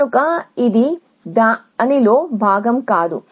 కనుక ఇది దానిలో భాగం కాదు